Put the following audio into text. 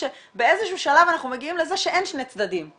באיזה שהוא שלב אנחנו מגיעים לזה שאין שני צדדים,